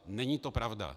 Není to pravda.